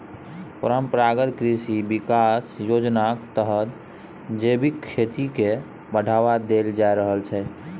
परंपरागत कृषि बिकास योजनाक तहत जैबिक खेती केँ बढ़ावा देल जा रहल छै